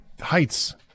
heights